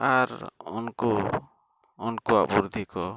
ᱟᱨ ᱩᱱᱠᱩ ᱩᱱᱠᱩᱣᱟᱜ ᱵᱩᱫᱽᱫᱷᱤ ᱠᱚ